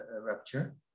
rupture